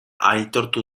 aitortu